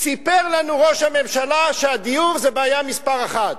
סיפר לנו ראש הממשלה שהדיור זה בעיה מספר אחת.